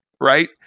right